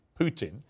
Putin